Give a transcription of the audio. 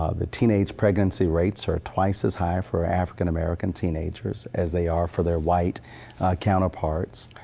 ah the teenage pregnancy rates are twice as high for african-american teenagers as they are for their white counterparts.